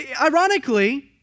Ironically